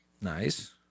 Nice